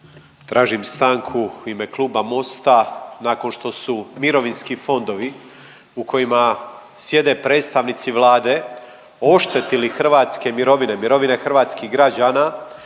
Tražim stanku u ime Kluba Mosta nakon što su mirovinski fondovi u kojima sjede predstavnici Vlade oštetili hrvatske mirovine, mirovine hrvatskih građana